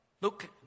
Look